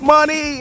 Money